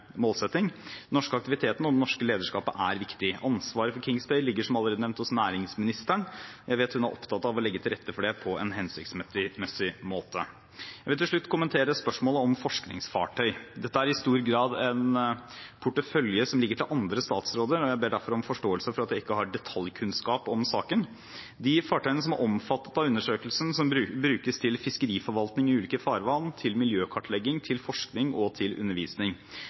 målsetting. Den norske aktiviteten og det norske lederskapet er viktig. Ansvaret for Kings Bay AS ligger, som allerede nevnt, hos næringsministeren. Jeg vet at hun er opptatt av å legge til rette for det på en hensiktsmessig måte. Jeg vil til slutt kommentere spørsmålet om forskningsfartøy. Dette er i stor grad en portefølje som ligger til andre statsråder, og jeg ber derfor om forståelse for at jeg ikke har detaljkunnskap om saken. De fartøyene som er omfattet av undersøkelsen, brukes til fiskeriforvaltning i ulike farvann, til miljøkartlegging, til forskning og til undervisning.